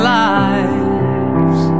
lives